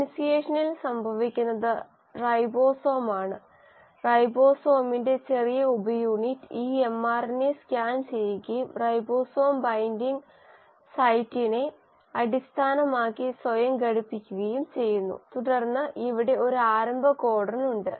ഇനിസിയേഷനിൽ സംഭവിക്കുന്നത് റൈബോസോമാണ് റൈബോസോമിന്റെ ചെറിയ ഉപയൂണിറ്റ് ഈ mRNA സ്കാൻ ചെയ്യുകയും റൈബോസോം ബൈൻഡിംഗ് സൈറ്റിനെ അടിസ്ഥാനമാക്കി സ്വയം ഘടിപ്പിക്കുകയും ചെയ്യുന്നു തുടർന്ന് ഇവിടെ ഒരു ആരംഭ കോഡൺ ഉണ്ട്